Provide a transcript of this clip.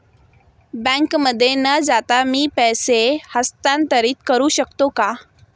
बँकेमध्ये न जाता मी पैसे हस्तांतरित करू शकतो का?